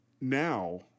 now